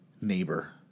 neighbor